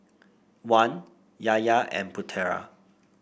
Wan Yahya and Putera